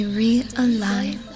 realign